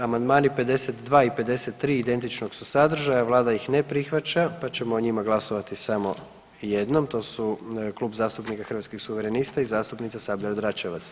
Amandmani 52. i 53. identičnog su sadržaja, Vlada ih ne prihvaća pa ćemo o njima glasovati samo jednom, to su Klub zastupnika Hrvatskih suverenista i zastupnica Sabljar Dračevac.